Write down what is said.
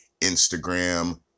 Instagram